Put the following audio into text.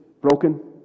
broken